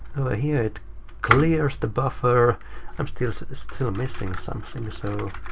here it clears the buffer. i am still so still missing something. so